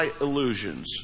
illusions